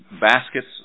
baskets